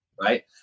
Right